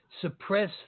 suppress